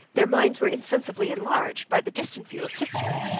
their minds were insensibly enlarged by the distant view of history,